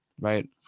right